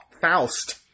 Faust